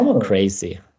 crazy